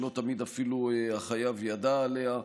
ולא תמיד אפילו החייב ידע עליה.